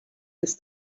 ist